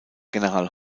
general